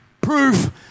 proof